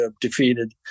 defeated